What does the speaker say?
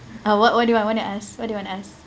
oh what what do you want to ask what do you want to ask